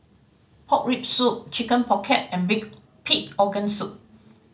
pork rib soup Chicken Pocket and pig organ soup